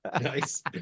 Nice